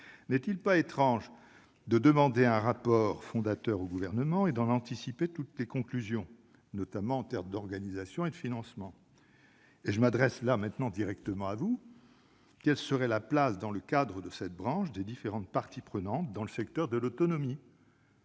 N'est-il pas étrange de demander un rapport « fondateur » au Gouvernement et d'en anticiper toutes les conclusions, notamment en termes d'organisation et de financement ? En outre- je m'adresse directement à vous, monsieur le secrétaire d'État -, quelle serait la place, dans le cadre de cette branche, des différentes parties prenantes dans le secteur de l'autonomie,